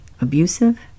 abusive